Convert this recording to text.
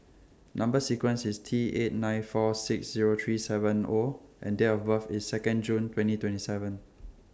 Number sequence IS T eight nine four six Zero three seven O and Date of birth IS Second June twenty twenty seven